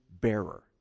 bearer